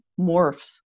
morphs